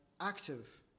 active